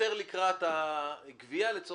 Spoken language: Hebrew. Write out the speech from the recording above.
ומצד שני יהיו דברים שאולי נלך יותר לקראת הגבייה כי